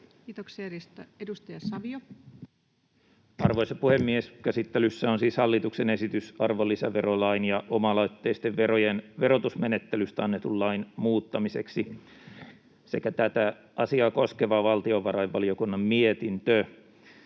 Kiitoksia. — Edustaja Savio. Arvoisa puhemies! Käsittelyssä on siis hallituksen esitys arvonlisäverolain ja oma-aloitteisten verojen verotusmenettelystä annetun lain muuttamiseksi sekä tätä asiaa koskeva valtiovarainvaliokunnan mietintö.